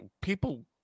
people